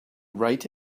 write